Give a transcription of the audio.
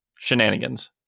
shenanigans